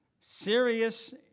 serious